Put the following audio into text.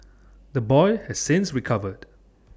the boy has since recovered